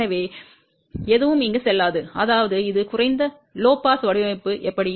எனவே எதுவும் இங்கு செல்லாது அதாவது இது குறைந்த பாஸ் வடிவமைப்பு எப்படி